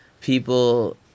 people